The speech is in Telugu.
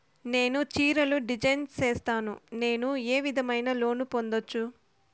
నేను చీరలు డిజైన్ సేస్తాను, నేను ఏ విధమైన లోను పొందొచ్చు